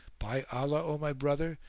by allah, o my brother,